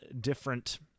different